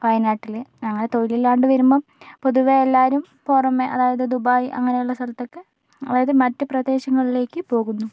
വയനാട്ടില് അങ്ങനെ തൊഴിൽ ഇല്ലാണ്ട് വരുമ്പം പൊതുവേ എല്ലാരും പുറമെ അതായത് ദുബായ് അങ്ങനെ ഉള്ള സ്ഥലത്തൊക്കെ അതായത് മറ്റു പ്രദേശങ്ങളിലേക്ക് പോകുന്നു